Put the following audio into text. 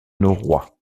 norrois